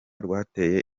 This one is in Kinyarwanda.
rwateye